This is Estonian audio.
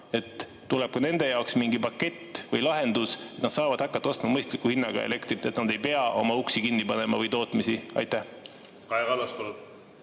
et tuleb ka nende jaoks mingi pakett või lahendus, et nad saavad hakata ostma mõistliku hinnaga elektrit, et nad ei pea oma uksi või tootmist kinni